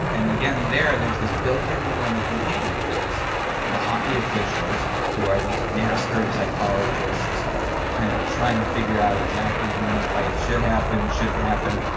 and again there, there's this built-in form of containment. there's the hockey officials who are these master psychologists kind of trying to figure out exactly when a fight should happen, shouldn't happen,